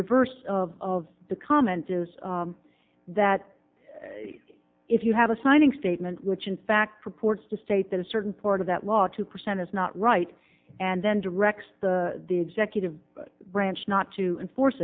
reverse of the comment is that if you have a signing statement which in fact purports to state that a certain part of that law two percent is not right and then directs the executive branch not to enforce